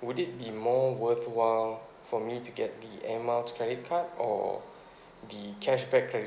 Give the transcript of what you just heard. would it be more worthwhile for me to get the air miles credit card or the cashback credit